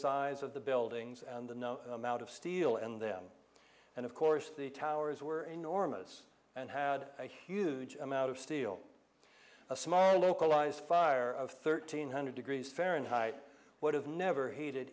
size of the buildings and the no amount of steel in them and of course the towers were enormous and had a huge amount of steel a small localized fire of thirteen hundred degrees fahrenheit would have never heated